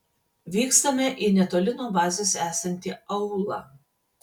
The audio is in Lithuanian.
vykstame į netoli nuo bazės esantį aūlą